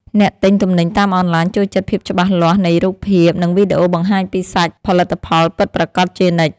អ្នកទិញទំនិញតាមអនឡាញចូលចិត្តភាពច្បាស់លាស់នៃរូបភាព និងវីដេអូបង្ហាញពីសាច់ផលិតផលពិតប្រាកដជានិច្ច។